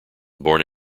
born